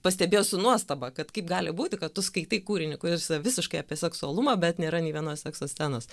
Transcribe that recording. pastebėjo su nuostaba kad kaip gali būti kad tu skaitai kūrinį kuris yra visiškai apie seksualumą bet nėra nei vienos sekso scenos